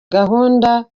gahunda